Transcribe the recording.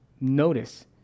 notice